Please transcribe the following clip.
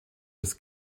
bis